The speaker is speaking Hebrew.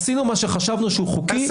עשינו מה שחשבנו שהוא חוקי.